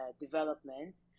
development